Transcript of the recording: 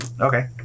Okay